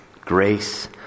Grace